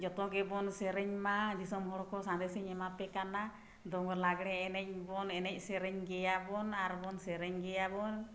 ᱡᱷᱚᱛᱚ ᱜᱮᱵᱚᱱ ᱥᱮᱨᱮᱧ ᱢᱟ ᱫᱤᱥᱚᱢ ᱦᱚᱲᱠᱚ ᱥᱟᱸᱫᱮᱥᱤᱧ ᱮᱢᱟᱯᱮ ᱠᱟᱱᱟ ᱫᱚᱝ ᱞᱟᱜᱽᱬᱮ ᱮᱱᱮᱡ ᱵᱚᱱ ᱮᱱᱮᱡ ᱥᱮᱨᱮᱧ ᱜᱮᱭᱟ ᱵᱚᱱ ᱟᱨᱵᱚᱱ ᱥᱮᱨᱮᱧ ᱜᱮᱭᱟᱵᱚᱱ